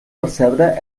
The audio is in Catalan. percebre